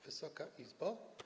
Wysoka Izbo!